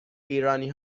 ایرانی